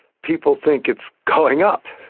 people think it's going up,